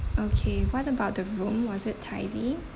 okay what about the room was it tidy